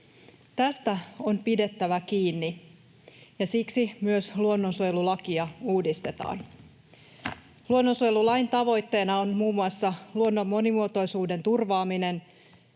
Tästä on pidettävä kiinni, ja siksi myös luonnonsuojelulakia uudistetaan. Luonnonsuojelulain tavoitteena on muun muassa luonnon monimuotoisuuden turvaaminen,